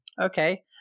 Okay